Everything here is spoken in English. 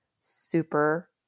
super